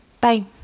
bye